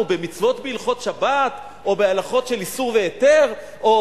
במצוות ובהלכות שבת או בהלכות של איסור והיתר או